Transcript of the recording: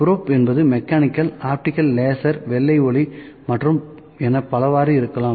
probe என்பது mechanical optical laser வெள்ளை ஒளி மற்றும் என பலவாறு இருக்கலாம்